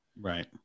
right